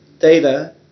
data